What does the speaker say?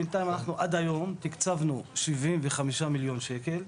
בינתיים אנחנו עד היום תקצבנו שבעים וחמישה מיליון שקל,